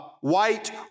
White